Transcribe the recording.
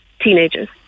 teenagers